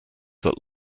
that